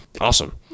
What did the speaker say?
Awesome